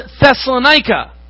Thessalonica